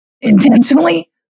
intentionally